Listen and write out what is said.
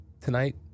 Tonight